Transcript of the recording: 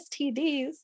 STDs